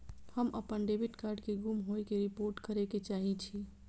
हम अपन debit card के गुम होय के रिपोर्ट करे के चाहि छी